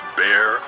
bear